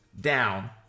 down